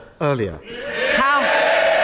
earlier